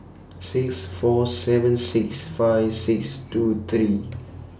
six four seven six five six two three